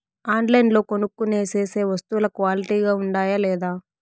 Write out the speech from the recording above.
ఆన్లైన్లో కొనుక్కొనే సేసే వస్తువులు క్వాలిటీ గా ఉండాయా లేదా?